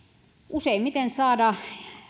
useimmiten saada